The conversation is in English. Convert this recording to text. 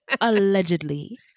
allegedly